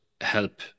help